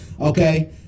Okay